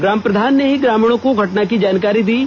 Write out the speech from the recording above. ग्राम प्रधान ने ही ग्रामीर्णो को घटना की जानकारी दी है